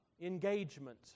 engagement